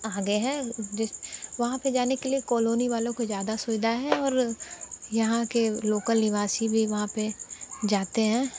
आगे है जिस वहाँ पे जाने के लिए कॉलोनी वालों को ज़्यादा सुविधा है और यहाँ के लोकल निवासी भी वहाँ पे जाते हैं